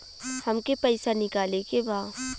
हमके पैसा निकाले के बा